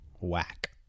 whack